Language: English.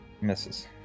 misses